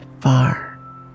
far